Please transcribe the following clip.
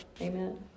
Amen